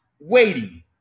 waiting